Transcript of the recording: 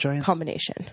combination